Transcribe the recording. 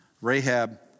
Rahab